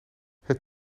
het